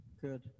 good